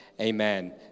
Amen